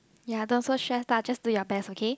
ya don't so stress lah just do your best okay